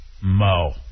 mo